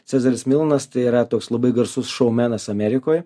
cezaris milonas tai yra toks labai garsus šou menas amerikoj